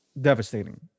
devastating